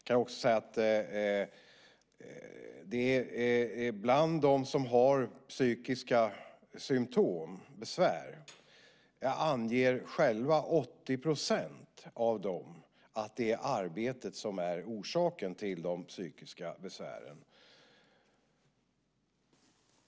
Jag kan också säga att av dem som har psykiska besvär anger 80 % att det är arbetet som är orsaken till deras psykiska besvär.